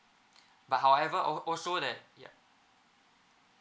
but however al~ also that yup